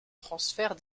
transfert